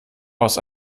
aus